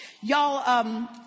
Y'all